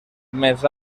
més